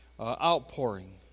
outpouring